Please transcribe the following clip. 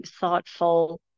thoughtful